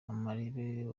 amarebe